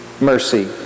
mercy